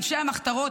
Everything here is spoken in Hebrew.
אנשי המחתרות,